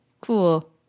Cool